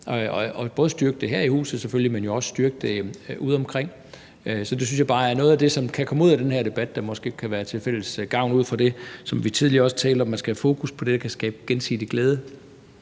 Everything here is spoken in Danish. både styrke det her i huset selvfølgelig, men jo også styrke det udeomkring. Så det synes jeg bare er noget af det, som kan komme ud af den her debat, der måske kan være til fælles gavn, ud fra det, som vi også tidligere talte om, nemlig at man skal have fokus på det, der kan skabe gensidig glæde.